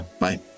Bye